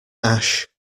ash